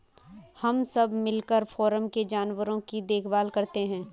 हम सब मिलकर फॉर्म के जानवरों की देखभाल करते हैं